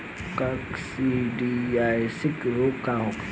काकसिडियासित रोग का होखे?